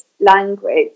language